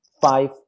five